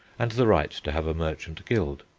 and the right to have a merchant guild.